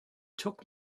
took